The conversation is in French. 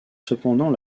cependant